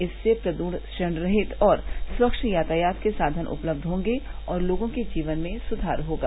इससे प्रदूषण रहित और स्वच्छ यातायात के साधन उपलब्ध होंगे और लोगों के जीवन में सुर्घार होगा